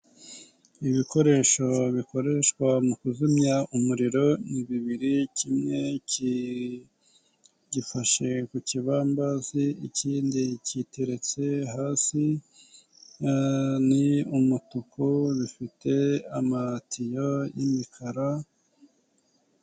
Ibikoresho bikoreshwa mu kuzimya umuriro ni bibiri, kimwe gifashe ku kibambazi, ikindi giteretse hasi, ni umutuku, bifite amatiyo y'imikara.